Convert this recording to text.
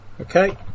okay